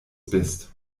bist